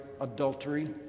adultery